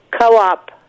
co-op